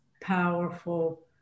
powerful